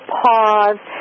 pause